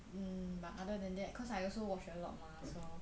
mm but other than that cause I also watch a lot mah so